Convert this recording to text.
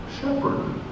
shepherd